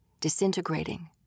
disintegrating